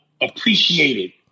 appreciated